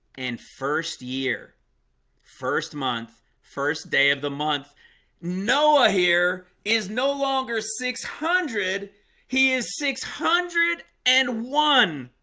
and first year first month first day of the month noah, here is no longer six hundred he is six hundred and one